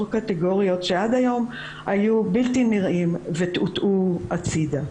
קטגוריות שעד היום היו בלתי-נראים והוטו הצידה.